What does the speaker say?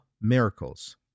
miracles